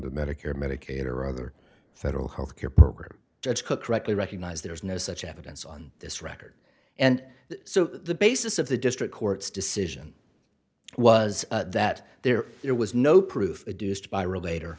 the medicare medicaid or other federal health care program judge cook correctly recognized there is no such evidence on this record and so the basis of the district court's decision was that there there was no proof